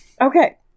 Okay